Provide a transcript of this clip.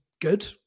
good